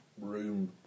room